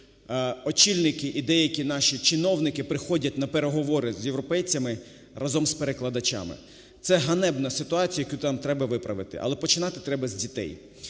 очільники і деякі наші чиновники приходять на переговори з європейцями разом з перекладачами. Це ганебна ситуація, яку нам треба виправити, але починати треба з дітей.